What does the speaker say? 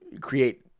create